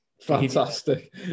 Fantastic